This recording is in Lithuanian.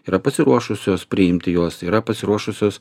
yra pasiruošusios priimti juos yra pasiruošusios